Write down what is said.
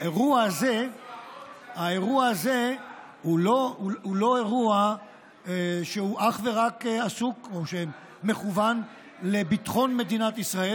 האירוע הזה הוא לא אירוע שאך ורק מכוון לביטחון מדינת ישראל.